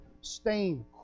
stained